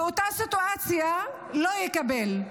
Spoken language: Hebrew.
באותה סיטואציה, לא יקבל.